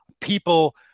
people